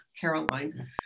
Caroline